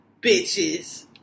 Bitches